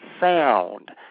sound